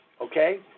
okay